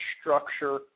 structure